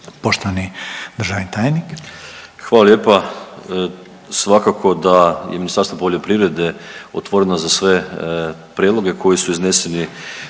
Zdravko** Hvala lijepa. Svakako da je Ministarstvo poljoprivrede otvoreno za sve prijedloge koji su izneseni